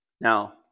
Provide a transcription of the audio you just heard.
Now